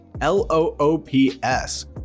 L-O-O-P-S